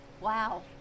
Wow